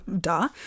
duh